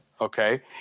okay